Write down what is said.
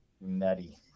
nutty